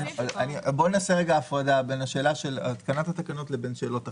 בוא נעשה רגע הפרדה בין השאלה של התקנת התקנות לבין שאלות אחרות.